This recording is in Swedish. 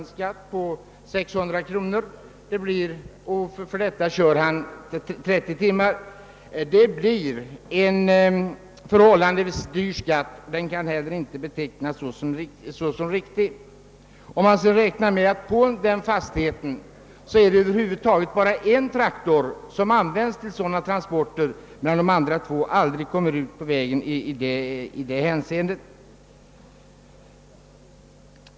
För dessa traktorer skulle det alltså utgå en skatt på 600 kronor. Det blir en förhållandevis hög skatt och den kan inte heller betecknas såsom riktig om man räknar med att på en sådan fastighet endast en traktor används för sådana transporter medan de andra två aldrig kommer ut på vägen.